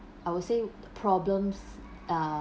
I would say problems uh